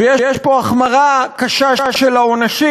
יש פה החמרה קשה של העונשים.